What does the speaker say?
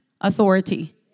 Authority